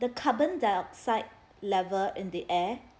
the carbon dioxide level in the air